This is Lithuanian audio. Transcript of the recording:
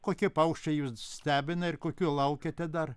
kokie paukščiai jus stebina ir kokių laukiate dar